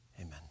Amen